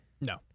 No